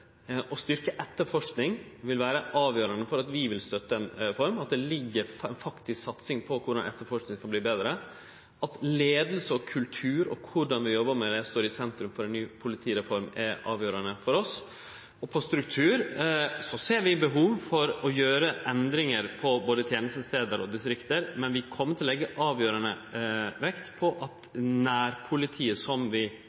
etterforsking vil vere avgjerande for at vi vil støtte ei reform – at det ligg ei faktisk satsing på korleis etterforsking skal verte betre. At leiing og kultur og korleis vi jobbar med det, står i sentrum for ei ny politireform, er avgjerande for oss. Når det gjeld struktur, ser vi behov for å gjere endringar på våre tenestestader og distrikt. Men vi kjem til å leggje avgjerande vekt på at nærpolitiet, som vi